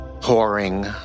pouring